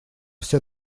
все